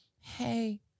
hey